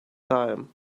time